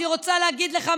אני רוצה להגיד לך,